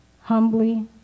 humbly